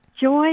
joy